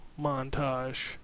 montage